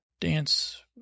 dance